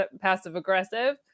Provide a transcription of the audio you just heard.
passive-aggressive